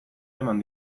eman